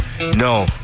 No